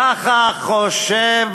ככה חושב